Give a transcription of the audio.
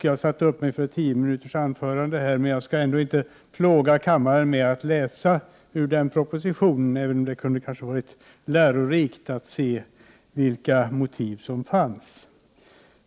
Jag satte upp mig för tio minuters anförande här, men jag skall inte plåga kammaren med att läsa ur den propositionen, även om det kunde vara lärorikt att höra vilka motiv som fanns.